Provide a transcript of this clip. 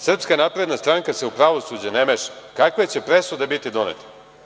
Srpska napredna stranka se u pravosuđe ne meša, kakve će presude biti donete.